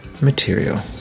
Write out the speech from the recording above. material